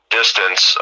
distance